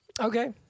Okay